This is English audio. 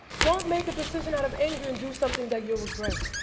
don't make a decision out of anger and do something that you'll regret.